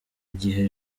gihe